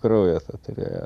kraujo to turėjo